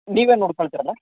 ನೀವೇ ನೋಡ್ಕೊಳ್ತೀರಲ್ಲ